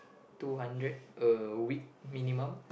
two hundred a week minimum